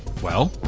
well,